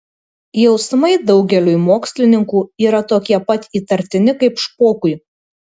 jausmai daugeliui mokslininkų yra tokie pat įtartini kaip špokui